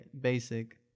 basic